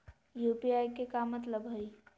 UPI के का मतलब हई?